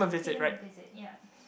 pay them a visit yeap